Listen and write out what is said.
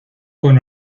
con